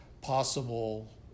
possible